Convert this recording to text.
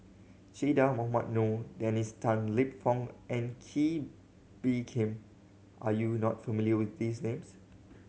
Che Dah Mohamed Noor Dennis Tan Lip Fong and Kee Bee Khim are you not familiar with these names